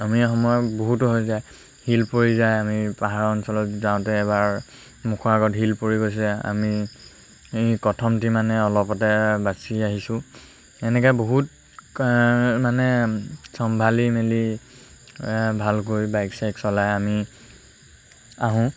আমি সময়ত বহুতো হৈ যায় শিল পৰি যায় আমি পাহাৰ অঞ্চলত যাওঁতে এবাৰ মুখৰ আগত শিল পৰি গৈছে আমি এই কথমটি মানে অলপতে বাচি আহিছোঁ এনেকৈ বহুত মানে চম্ভালি মেলি ভালকৈ বাইক চাইক চলাই আমি আহোঁ